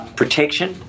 protection